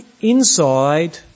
inside